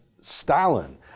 Stalin